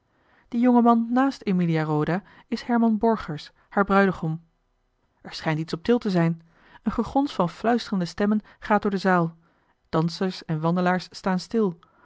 die jonge man naast emilia roda is herman borgers haar bruidegom er schijnt iets op til te zijn een gegons van fluisterende stemmen gaat door de zaal dansers en wandelaars staan stil